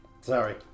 Sorry